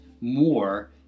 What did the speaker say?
more